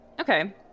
Okay